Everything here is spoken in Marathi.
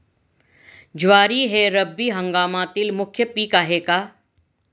ज्वारी हे रब्बी हंगामातील मुख्य पीक आहे का?